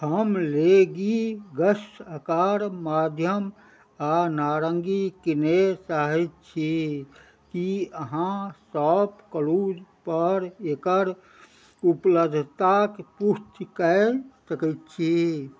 हम लेगी गस आकार माध्यम आओर नारंगी किनय चाहैत छी की अहाँ शॉप क्लूजपर एकर उपलब्धताक पुष्टि कए सकैत छी